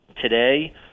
today